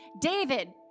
David